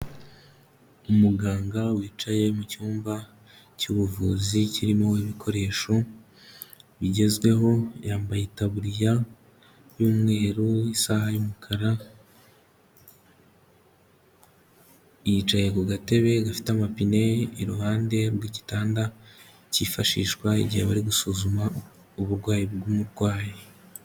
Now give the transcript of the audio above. Umuganga wicaye mu cyumba cy'ubuvuzi, kirimo ibikoresho bigezweho, yambaye itaburiya y'umweru, isaha y'umukara, yicaye ku gatebe gafite amapine iruhande rw'igitanda cyifashishwa igihe bari gusuzuma uburwayi bw'umurwayi.